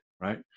Right